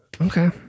Okay